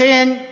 לכן,